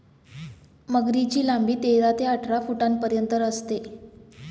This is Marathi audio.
मगरीची लांबी तेरा ते अठरा फुटांपर्यंत असते